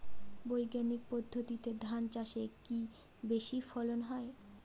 বৈজ্ঞানিক পদ্ধতিতে ধান চাষে কি বেশী ফলন হয়?